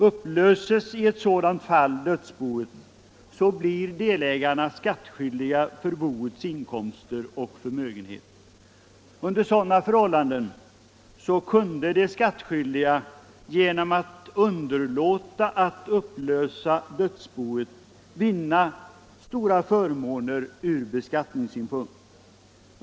Upplöses i ett sådant fall dödsboet blir delägarna skattskyldiga för boets inkomster och förmögenhet. Under sådana förhållanden kunde de skattskyldiga genom att underlåta att upplösa dödsboet vinna stora förmåner ur beskattningssynpunkt.